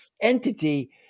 entity